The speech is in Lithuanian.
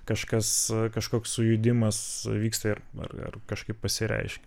kažkas kažkoks sujudimas vyksta ir ar ar kažkaip pasireiškia